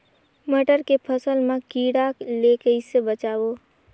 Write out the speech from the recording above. मटर के फसल मा कीड़ा ले कइसे बचाबो?